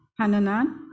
Hananan